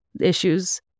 issues